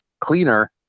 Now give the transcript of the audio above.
cleaner